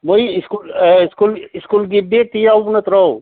ꯃꯣꯏ ꯁ꯭ꯀꯨꯜ ꯁ꯭ꯀꯨꯜꯒꯤ ꯕꯦꯒꯇꯤ ꯌꯥꯎꯕ ꯅꯠꯇ꯭ꯔꯣ